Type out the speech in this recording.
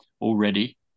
already